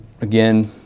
again